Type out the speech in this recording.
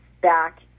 back